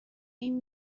این